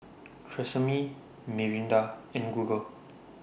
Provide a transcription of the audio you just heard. Tresemme Mirinda and Google